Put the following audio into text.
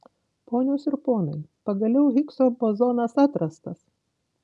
ponios ir ponai pagaliau higso bozonas atrastas